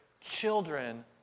children